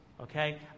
Okay